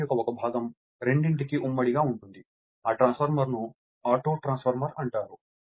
winding యొక్క ఒక భాగం రెండింటికీ ఉమ్మడి గా ఉంటుంది ఆ ట్రాన్స్ఫార్మర్ను ఆటో ట్రాన్స్ఫార్మర్ అంటారు